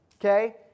okay